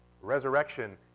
resurrection